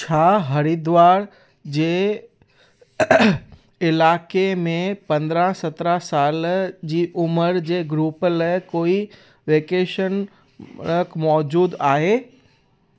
छा हरिद्वार जे इलाइक़े में पंद्रहं सत्रहं साल जी उमिरि जे ग्रूप लाइ कोई वैकेशन मरक मौजूदु आहे